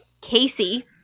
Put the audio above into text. Casey